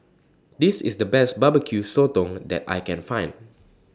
This IS The Best Barbecue Sotong that I Can Find